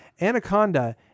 Anaconda